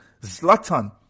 Zlatan